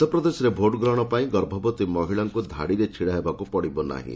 ମଧ୍ୟପ୍ରଦେଶରେ ଭୋଟଗ୍ରହଣ ପାଇଁ ଗର୍ଭବତୀ ମହିଳାମାନଙ୍କୁ ଧାଡିରେ ଛିଡାହେବାକୁ ପଡିବ ନାହିଁ